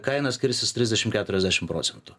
kaina skirsis trisdešimt keturiasdešimt procentų